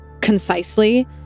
concisely